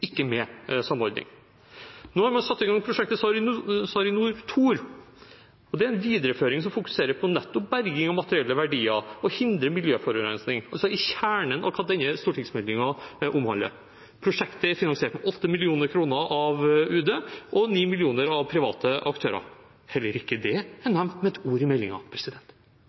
ikke med samordning. Nå har man satt i gang prosjektet SARiNOR 2, og det er en videreføring som fokuserer på nettopp berging av materielle verdier og å hindre miljøforurensing, altså helt i kjernen av det denne stortingsmeldingen omhandler. Prosjektet er finansiert med 8 mill. kr av UD og 9 mill. kr av private aktører. Heller ikke det er nevnt med ett ord i